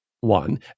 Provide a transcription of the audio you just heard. one